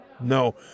No